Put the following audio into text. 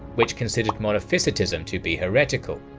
which considered monophysitism to be heretical.